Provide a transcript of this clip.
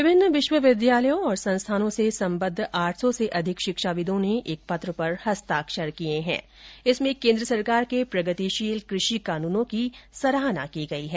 विभिन्न विश्वविद्यालयों और संस्थानों से संबद्ध आठ सौ से अधिक शिक्षाविदों ने एक पत्र पर हस्ताक्षर किए हैं जिसमें केन्द्र सरकार के प्रगतिशील कृषि कानूनों की सराहना की गई है